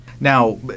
Now